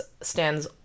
stands